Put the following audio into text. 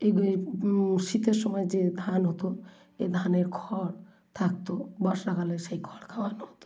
ইবের শীতের সময় যে ধান হতো এই ধানের খড় থাকতো বর্ষাকালে সেই খড় খাওয়ানো হতো